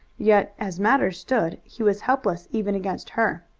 yet as matters stood he was helpless even against her.